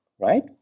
right